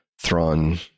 thrawn